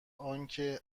آنکه